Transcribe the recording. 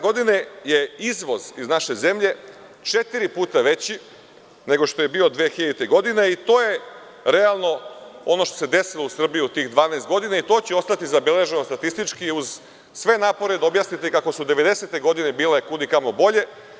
Godine 2012. je izvoz iz naše zemlje četiri puta veći nego što je bio 2000. godine i to je realno ono što se desilo u Srbiji u tih dvanaest godina i to će biti zabeleženo statistički, uz sve napore da objasnite kako su devedesete godine bile kud i kamo bolje.